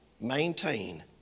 maintain